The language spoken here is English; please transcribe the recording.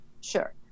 Sure